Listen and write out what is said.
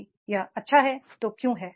यदि यह अच्छा है तो क्यों